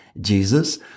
Jesus